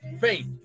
faith